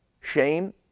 shame